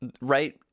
right